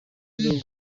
byo